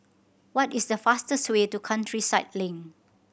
what is the fastest way to Countryside Link